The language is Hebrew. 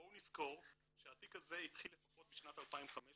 בואו נזכור שהתיק הזה התחיל לפחות בשנת 2015,